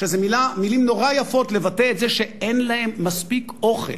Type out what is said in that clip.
שזה מלים נורא יפות לבטא את זה שאין להם מספיק אוכל,